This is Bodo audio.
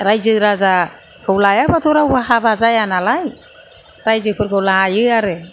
रायजो राजाखौ लायाबाथ' रावबो हाबा जाया नालाय रायजोफोरखौ लायो आरो